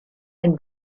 den